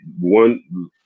One